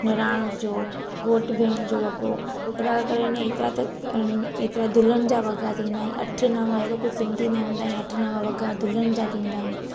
निराण जो घोटु भेण जो वॻो अहिड़ा करे ने एतिरा दुल्हन जा वॻा थींदा आहिनि अठ नव अहिड़ो कुझु सिंधी में हूंदा आहिनि अठ नव वॻा दुल्हन जा थींदा आहिनि